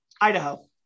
Idaho